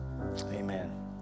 Amen